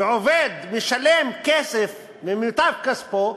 ועובד משלם כסף, ממיטב כספו,